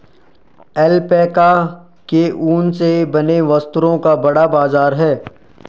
alpaca के ऊन से बने वस्त्रों का बड़ा बाजार है